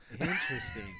Interesting